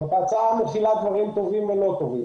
ההצעה מכילה דברים טובים ולא טובים.